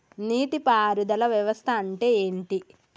నీటి పారుదల వ్యవస్థ అంటే ఏంటి?